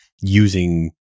using